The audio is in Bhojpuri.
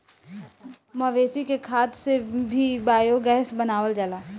मवेशी के खाद से भी बायोगैस बनावल जाला